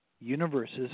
universes